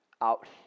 out